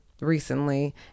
recently